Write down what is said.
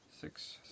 six